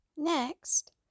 Next